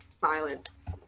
silence